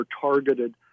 targeted